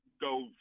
go